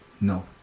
no